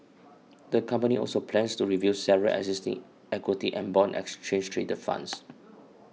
the company also plans to review several existing equity and bond exchange trade funds